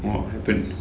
!wah! hype